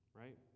right